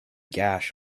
gash